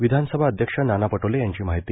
विधानसभा अध्यक्ष नाना पटोले यांची माहिती